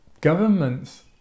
governments